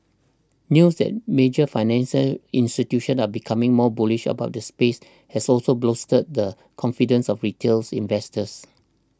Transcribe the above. news that major financial institutions are becoming more bullish about the space has also bolstered the confidence of retails investors